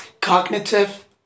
cognitive